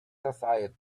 society